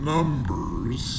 Numbers